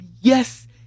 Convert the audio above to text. Yes